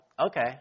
okay